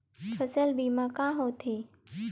फसल बीमा का होथे?